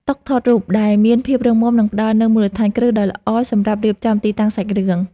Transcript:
តុថតរូបដែលមានភាពរឹងមាំនឹងផ្តល់នូវមូលដ្ឋានគ្រឹះដ៏ល្អសម្រាប់រៀបចំទីតាំងសាច់រឿង។